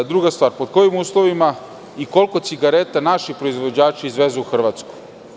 Druga stvar, pod kojim uslovima i koliko cigareta naši proizvođači izvezu u Hrvatsku?